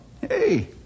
Hey